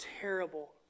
terrible